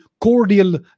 cordial